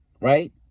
right